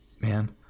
Man